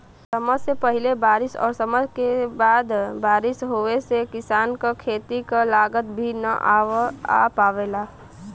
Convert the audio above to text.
समय से पहिले बारिस और समय के बाद बारिस होवे पर किसान क खेती क लागत भी न आ पावेला